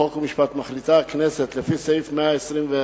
חוק ומשפט, מחליטה הכנסת לפי סעיף 121